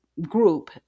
group